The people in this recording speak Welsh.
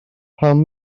pam